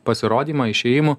pasirodymą išėjimų